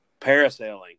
Parasailing